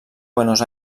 buenos